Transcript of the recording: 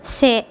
से